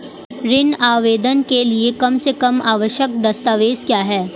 ऋण आवेदन के लिए कम से कम आवश्यक दस्तावेज़ क्या हैं?